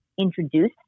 introduce